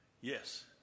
Yes